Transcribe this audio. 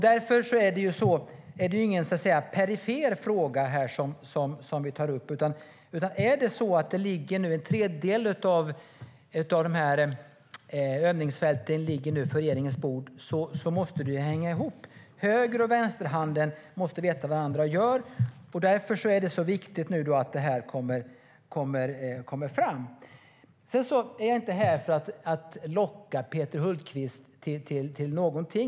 Det är alltså ingen perifer fråga jag tar upp. Nu ligger en tredjedel av övningsfälten på regeringens bord, och då måste det hänga ihop. Högerhanden och vänsterhanden måste veta vad den andra gör. Därför är det viktigt att detta kommer fram. Jag är inte här för att locka Peter Hultqvist till något.